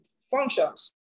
functions